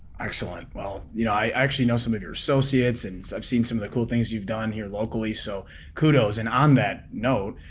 excellent. well you know i actually know some of your associates and i've seen some of the cool things you've done here locally so kudos. and on that note,